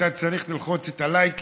שאתה צריך ללחוץ את הלייקים,